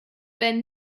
wenn